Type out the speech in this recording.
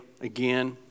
again